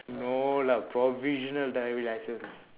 no lah provisional driving license is